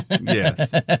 Yes